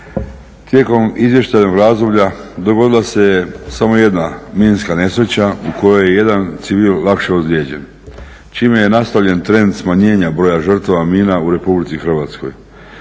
Tijekom izvještajnog razdoblja dogodila se je samo jedna minska nesreća u kojoj je jedan civil lakše ozlijeđen čime je nastavljen trend smanjenja broja žrtava mina u Republici Hrvatskoj.